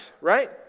right